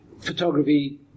photography